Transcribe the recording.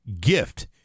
gift